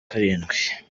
karindwi